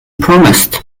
promised